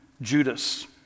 Judas